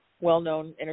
well-known